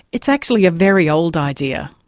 it's actually a very old idea.